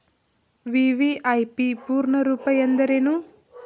VVIP ಪೂರ್ಣ ರೂಪ ಎಂದರೇನು?